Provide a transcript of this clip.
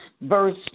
verse